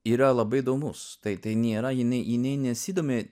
yra labai įdomus tai tai nėra jinai jinai nesidomi